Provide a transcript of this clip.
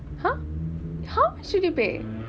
!huh! how should you pay